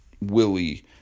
Willie